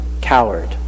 coward